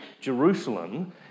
Jerusalem